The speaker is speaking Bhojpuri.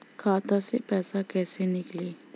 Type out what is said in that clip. खाता से पैसा कैसे नीकली?